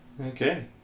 Okay